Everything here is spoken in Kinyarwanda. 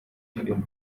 filime